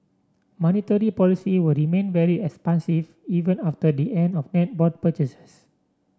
monetary policy will remain very expansive even after the end of net bond purchases